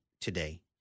today